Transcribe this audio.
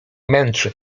męczy